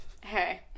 Hey